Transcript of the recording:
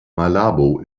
malabo